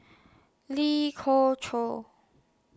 Lee Khoon Choy